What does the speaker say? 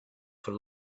for